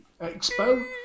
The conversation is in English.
Expo